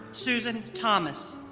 susan thomas.